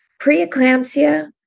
preeclampsia